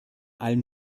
allen